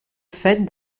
fait